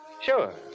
Sure